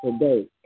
today